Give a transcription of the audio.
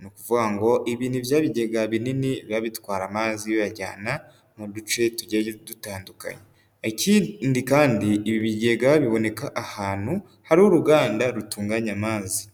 ni ukuvuga ngo ibi ni bya bigega binini, biba bitwara amazi biyajyana mu duce tugiye dutandukanye, ikindi kandi ibi bigega biboneka ahantu hari uruganda, rutunganya amazi.